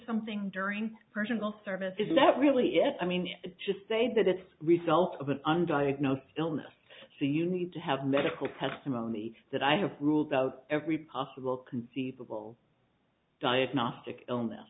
something during personal service is that really it i mean you just say that it's result of an undiagnosed illness so you need to have medical testimony that i have ruled out every possible conceivable diagnostic